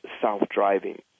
self-driving